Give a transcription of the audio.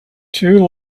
two